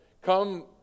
come